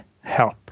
help